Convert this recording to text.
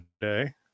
today